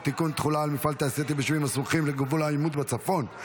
תחולה על מפעל תעשייתי ביישובים הסמוכים לגבול העימות בצפון,